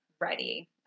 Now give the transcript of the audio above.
ready